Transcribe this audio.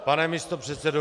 Pane místopředsedo.